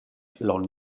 l’on